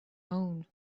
own